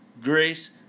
Grace